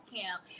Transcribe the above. camp